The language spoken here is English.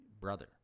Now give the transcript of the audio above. brother